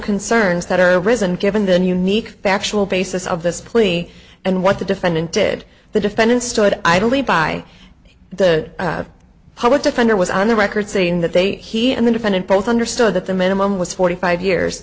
concerns that are arisen given than unique factual basis of this plea and what the defendant did the defendant stood idly by the public defender was on the record saying that they he and the defendant both understood that the minimum was forty five years